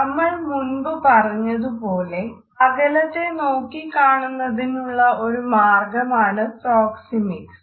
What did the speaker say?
നമ്മൾ മുൻപ് പറഞ്ഞതുപോലെ അകലത്തെ നോക്കിക്കാണുന്നതിനുള്ള ഒരു മാർഗ്ഗമാണ് പ്രോക്സെമിക്സ്